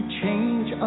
change